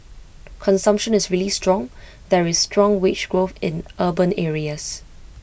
consumption is really strong there is strong wage growth in urban areas